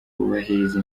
bubahiriza